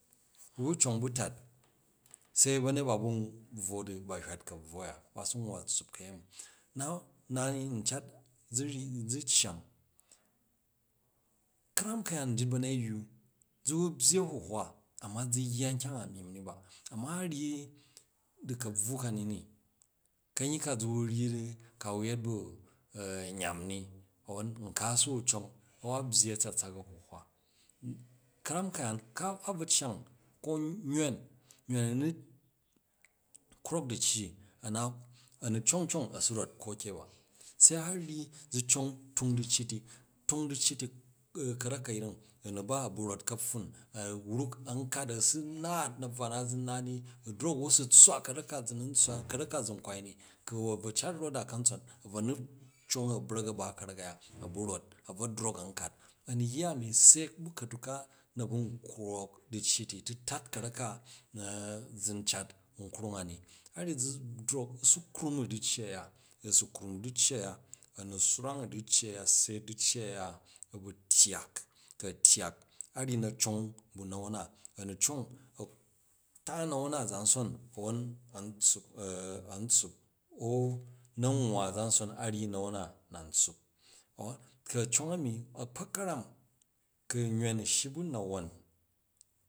Ku cong bu̱ tat se ba̱ nyet ba̱n bvwo din ba bu nbvwo di ba hywat ka̱bvu a̱ya ka̱fun ba su nwwa tsuup ka̱yemi, now na ni n cat zu ryi zu cyang, ka̱ram ka̱yaan nyit ba̱nyeyyu zu wu byyi a̱huhwa ama zu yya nkyang a myimm hi ba amma a ryyi di ka̱bvwu ka ni ni ka̱nyyi ka zu wu ryyi ni kawu yet ba nyam ni, a̱won nka asu wu cong a wa byyi a̱tsatsak a̱huhwa ka̱ram ka̱yaan ka ba̱ cyang, ko nyon nyon a nu krok du̱cci, a nu cong cong a rot ko ke ba, be a̱ ryyi na cong a̱ tung du̱cci to ka̱rak ka̱yring, a nu ba a̱ bu rat kapffun a̱ wruk a̱n kata a su naat na̱bvea zu nnaat di a drok a wo su tswaa, ka̱rak ka zu nu ntswaa, ka̱rak ka zun kwai ni, ka wo cat rot a ka̱ntson a bvo nu cong a bra̱k a ba ka̱rak a̱ya a ba rot a̱ bvo drok an kat a nu yya a mi se ba ka̱tuk ka naba mnkrok du̱cci to tu tat ka̱rak ka na, za n cat nkrung a̱ni a̱ rryi zu drok u su krung u̱ du̱cci a̱ya, ku asu krung u̱ du̱cci a̱ya a nu swrangu̱ du̱cci a̱ya se du̱cci a̱ya a butyyak ku a tyyak a ryyi na cong bu na̱won na, a̱ nu cong a̱ ta na̱won na a̱zanson an tsuuo au na nwwa a̱zanson a ryyi na̱won na na n tsuup, ku a cong a̱ni a̱kpak ka̱ram ku nyon shyi ba̱ na̱won.